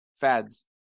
fads